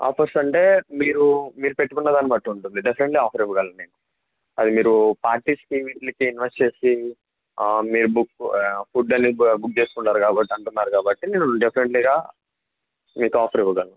offers అంటే మీరు మీరు పెట్టుకున్న దాన్నిబట్టి ఉంటుంది డెఫినెట్లీ ఆఫర్ ఇవ్వగలను నేను అది మీరు పార్టీస్కి ఈవెంట్లకి ఇన్వెస్ట్ చేసి మీరు బుక్ ఫుడ్ అనేది బుక్ చేసుకుంటారు కాబట్టి అంటున్నారు కాబట్టి మీరు డెఫినెట్లీగా మీకు ఆఫర్ ఇవ్వగలను